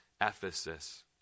Ephesus